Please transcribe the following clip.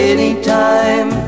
Anytime